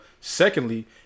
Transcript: Secondly